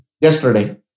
yesterday